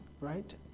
right